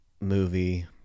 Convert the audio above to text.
movie